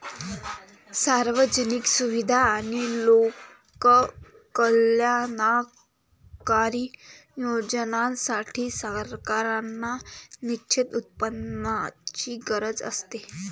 सार्वजनिक सुविधा आणि लोककल्याणकारी योजनांसाठी, सरकारांना निश्चित उत्पन्नाची गरज असते